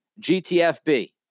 GTFB